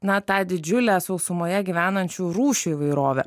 na tą didžiulę sausumoje gyvenančių rūšių įvairovę